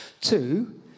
Two